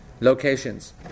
Locations